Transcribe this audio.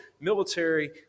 military